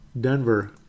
Denver